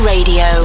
Radio